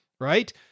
right